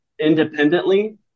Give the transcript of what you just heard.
independently